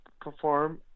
perform